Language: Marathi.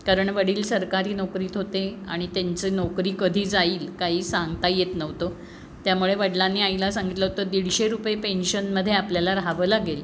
कारण वडील सरकारी नोकरीत होते आणि त्यांचं नोकरी कधी जाईल काही सांगता येत नव्हतं त्यामुळे वडिलांनी आईला सांगितलं होतं दीडशे रुपये पेन्शनमध्ये आपल्याला राहावं लागेल